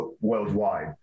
worldwide